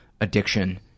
addiction